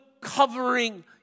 covering